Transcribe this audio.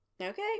Okay